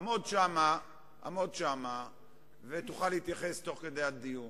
עמוד שם ותוכל להתייחס תוך כדי הדיון.